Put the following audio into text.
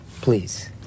Please